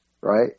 right